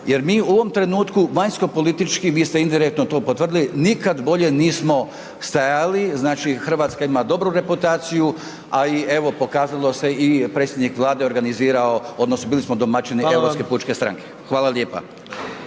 jer mi u ovom trenutku vanjsko-politički, vi ste indirektno to potvrdili, nikad bolje nismo stajali, znači Hrvatska ima dobru reputaciju a i evo pokazalo se i predsjednik Vlade organizirao odnosno bili smo domaćini Europske pučke stranke. Hvala lijepa.